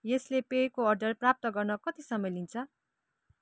यसले पेयको अर्डर प्राप्त गर्न कति समय लिन्छ